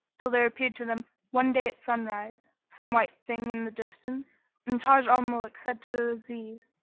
till there appeared to them one day at sunrise some white thing in the distance and taj al-muluk said to aziz,